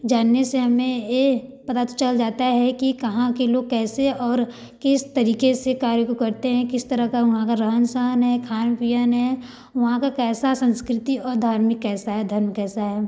जानने से हमें ए पता चल जाता है कि कहाँ के लोग कैसे और किस तरीक़े से कार्य को करते हैं किस तरह का वहाँ का रहन सहन है खान पीन है वहाँ का कैसा संस्कृति और धार्मिक कैसा है धर्म कैसा है